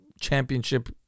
championship